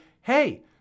hey